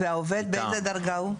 והעובד, באיזה דרגה הוא?